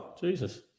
Jesus